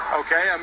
okay